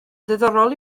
ddiddorol